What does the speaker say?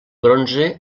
bronze